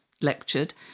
lectured